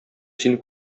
сине